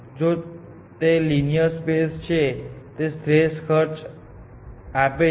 તેથી જો તે લિનીઅર સ્પેસ લે છે અને તે શ્રેષ્ઠ ખર્ચ આપે છે